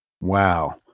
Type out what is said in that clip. Wow